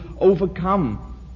overcome